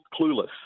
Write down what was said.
clueless